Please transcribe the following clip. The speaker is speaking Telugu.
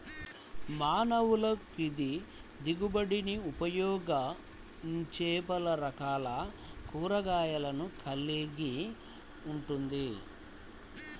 మానవులకుదిగుబడినిఉపయోగించేపలురకాల కూరగాయలను కలిగి ఉంటుంది